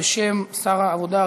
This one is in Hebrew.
בשם שר העבודה,